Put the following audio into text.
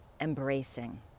embracing